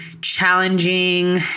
challenging